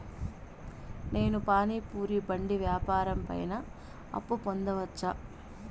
నేను పానీ పూరి బండి వ్యాపారం పైన అప్పు పొందవచ్చా?